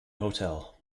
hotel